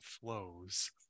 flows